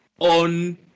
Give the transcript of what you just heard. on